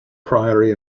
priory